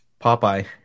Popeye